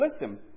listen